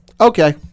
Okay